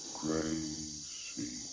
crazy